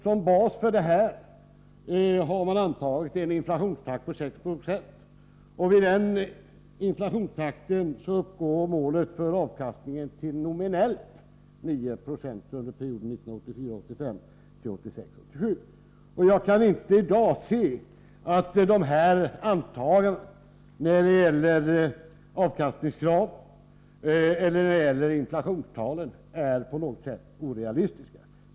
Som bas för detta har man antagit en inflationstakt på 6 Ze. Vid den inflationstakten uppgår målet för avkastningen till nominellt 9 96 under perioden 1984 87. Jag kan inte i dag se att antagandena när det gäller avkastningskraven eller inflationstalen är på något sätt orealistiska.